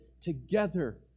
together